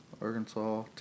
Arkansas